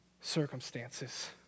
circumstances